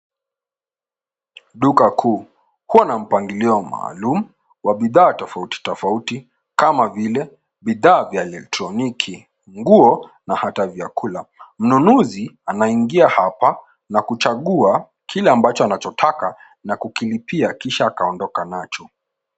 Duka kuu huwa na mpangilio maalum wa bidhaa tofauti tofauti kama vile bidhaa vya elektroniki, nguo na hata vyakula. Mnunuzi anaingia hapa na kuchagua kile ambacho anachotaka na kukilipia kisha akaondoka nacho.